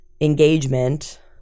engagement